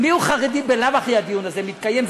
מיהו חרדי, בלאו הכי הדיון הזה מתקיים.